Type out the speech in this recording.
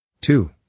Two